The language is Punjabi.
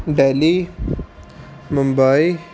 ਦਿੱਲੀ ਮੁੰਬਈ